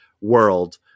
world